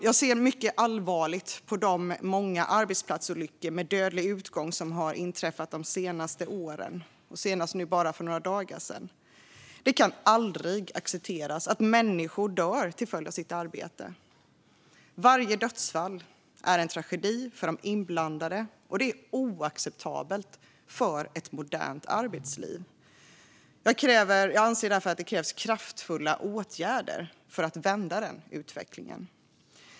Jag ser mycket allvarligt på de många arbetsplatsolyckor med dödlig utgång som har inträffat de senaste åren - nu senast för bara några dagar sedan. Det kan aldrig accepteras att människor dör till följd av sitt arbete. Varje dödsfall är en tragedi för de inblandade, och det är oacceptabelt i ett modernt arbetsliv. Jag anser därför att det krävs kraftfulla åtgärder för att vända utvecklingen.